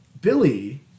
Billy